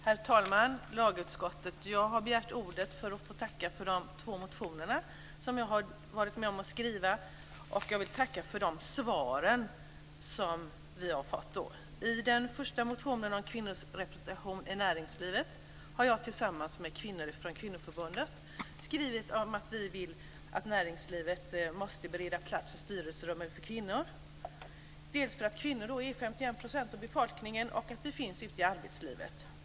Herr talman! Lagutskottet! Jag har begärt ordet för att få tacka för behandlingen av de två motioner som jag har varit med om att skriva. Jag vill tacka för de svar vi har fått. I den första motionen om kvinnorepresentationen i näringslivet har jag tillsammans med kvinnor från kvinnoförbundet skrivit om att vi vill att näringslivet ska bereda plats för kvinnor i styrelserummen. Kvinnor utgör 51 % av befolkningen och finns ute i arbetslivet.